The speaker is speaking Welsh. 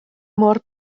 mor